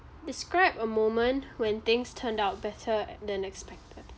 describe a moment when things turned out better than expected